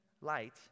light